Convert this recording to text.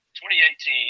2018